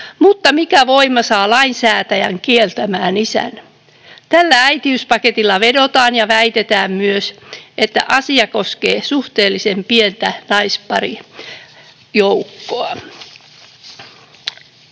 mutta mikä voima saa lainsäätäjän kieltämään isän? Tällä äitiyspaketilla vedotaan ja väitetään myös, että asia koskee suhteellisen pientä naisparijoukkoa.